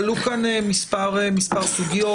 עלו כאן מספר סוגיות.